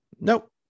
Nope